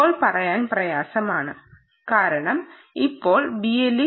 ഇപ്പോൾ പറയാൻ പ്രയാസമാണ് കാരണം ഇപ്പോൾ BLE 4